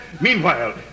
Meanwhile